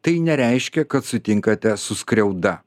tai nereiškia kad sutinkate su skriauda